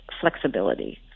flexibility